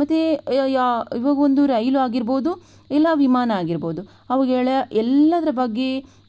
ಮತ್ತು ಈವಾಗೊಂದು ರೈಲು ಆಗಿರಬಹುದು ಇಲ್ಲ ವಿಮಾನ ಆಗಿರಬಹುದು ಅವುಗಳ ಎಲ್ಲದರ ಬಗ್ಗೆ